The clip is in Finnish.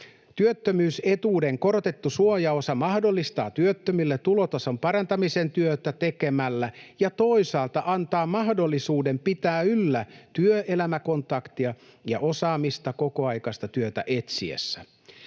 Työttömyysetuuden korotettu suojaosa mahdollistaa työttömille tulotason parantamisen työtä tekemällä ja toisaalta antaa mahdollisuuden pitää yllä työelämäkontaktia ja osaamista kokoaikaista työtä etsittäessä.